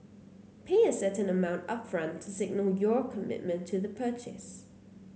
pay a certain amount upfront to signal your commitment to the purchase